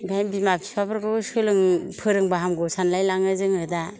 ओंखायनो बिमा बिफाफोरखौबो फोरोंबा हामगौ सानलायलाङो जोङो दा